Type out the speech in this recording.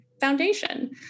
foundation